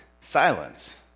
Silence